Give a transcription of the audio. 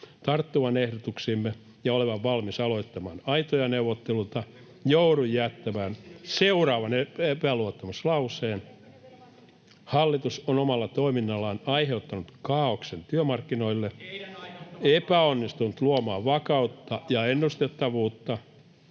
tarttuvan ehdotuksiimme ja olevan valmis aloittamaan aitoja neuvotteluita, joudun jättämään seuraavan epäluottamuslauseen: ”Hallitus on omalla toiminnallaan aiheuttanut kaaoksen työmarkkinoille, [Mauri Peltokangas: Teidän aiheuttaman